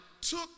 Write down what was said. took